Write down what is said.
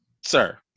sir